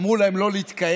אמרו להם לא להתקהל,